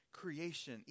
creation